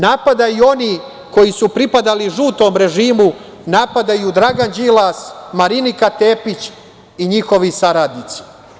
Napadaju oni koji su pripadali žutom režimu, napadaju Dragan Đilas, Marinika Tepić i njihovi saradnici.